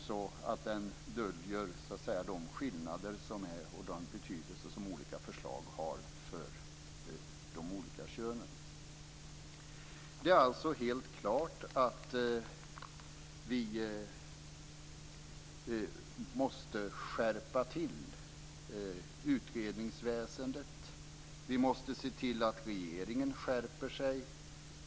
Statistiken döljer också de skillnader och den betydelse som olika förslag har för de olika könen. Det är alltså helt klart att utredningsväsendet måste skärpas till. Vi måste se till att regeringen skärper sig.